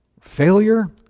failure